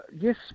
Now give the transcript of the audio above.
yes